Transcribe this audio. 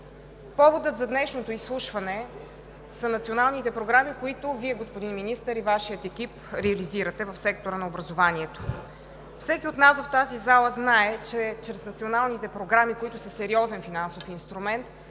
Поводът за днешното изслушване са националните програми, които Вие, господин Министър, и Вашият екип реализирате в сектора на образованието. Всеки от нас в тази зала знае, че чрез националните програми, които са сериозен финансов инструмент,